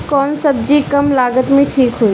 कौन सबजी कम लागत मे ठिक होई?